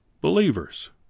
believers